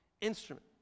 instrument